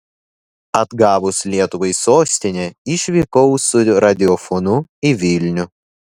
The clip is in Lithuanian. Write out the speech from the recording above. atgavus lietuvai sostinę išvykau su radiofonu į vilnių